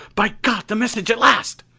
by god, the message at last!